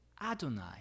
Adonai